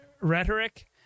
rhetoric